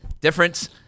Difference